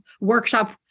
workshop